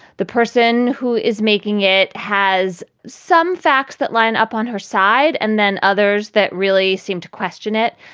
the person who is making it has some facts that line up on her side and then others that really seem to question it.